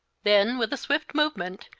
then, with a swift movement,